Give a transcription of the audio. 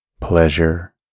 pleasure